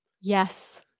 Yes